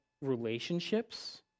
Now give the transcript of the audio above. relationships